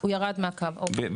הוא ירד מהקו, אוקי.